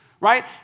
right